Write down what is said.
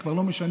זה כבר לא משנה,